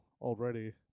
already